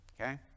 Okay